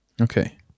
Okay